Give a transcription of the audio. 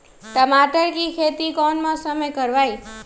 टमाटर की खेती कौन मौसम में करवाई?